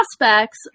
prospects